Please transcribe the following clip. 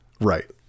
right